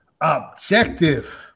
objective